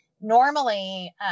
normally